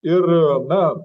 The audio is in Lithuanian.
ir na